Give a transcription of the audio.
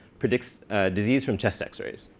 predicts disease from chest x-rays.